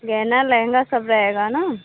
गहना लहँगा सब रहेगा ना